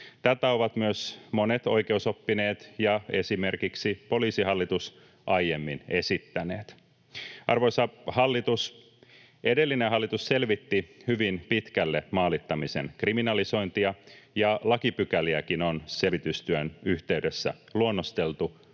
Tätä ovat myös monet oikeusoppineet ja esimerkiksi Poliisihallitus aiemmin esittäneet. Arvoisa hallitus, edellinen hallitus selvitti hyvin pitkälle maalittamisen kriminalisointia, ja lakipykäliäkin on selvitystyön yhteydessä luonnosteltu